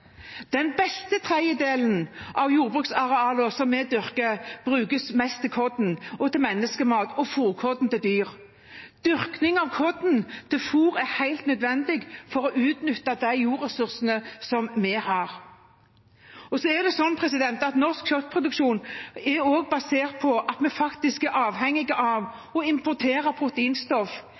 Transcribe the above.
Den beste tredjedelen av jordbruksarealene vi dyrker, brukes mest til korn, til menneskemat og fôrkorn til dyr. Dyrking av korn til fôr er helt nødvendig for å utnytte de jordressursene vi har. Norsk kjøttproduksjon er også basert på at vi faktisk er avhengig av å importere